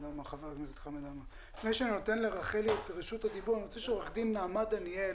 לפני שאני נותן לרחלי את רשות הדיבור אני רוצה שעו"ד נעמה דניאל